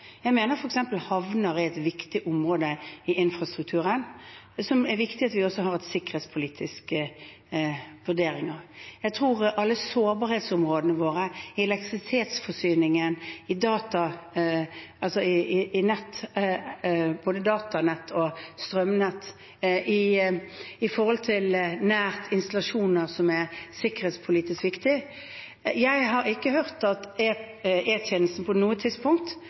Jeg mener f.eks. at havner er et viktig område i infrastrukturen, som det er viktig at vi også har en sikkerhetspolitisk vurdering av. Jeg tenker på alle sårbarhetsområdene våre, elektrisitetsforsyningen, både datanett og strømnett nær installasjoner som er sikkerhetspolitisk viktige. Jeg har ikke hørt at E-tjenesten på noe tidspunkt